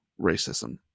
racism